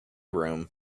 room